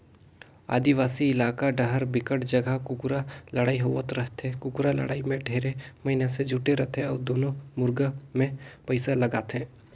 आदिवासी इलाका डाहर बिकट जघा कुकरा लड़ई होवत रहिथे, कुकरा लड़ाई में ढेरे मइनसे जुटे रथे अउ दूनों मुरगा मे पइसा लगाथे